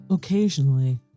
Occasionally